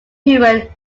human